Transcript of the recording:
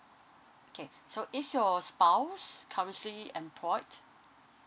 okay so is your spouse currently employed